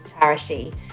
charity